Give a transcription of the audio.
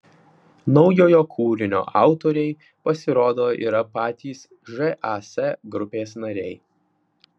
naujojo kūrinio autoriai pasirodo yra patys žas grupės nariai